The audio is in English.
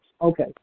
Okay